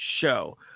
Show